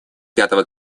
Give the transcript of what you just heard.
пятого